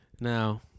Now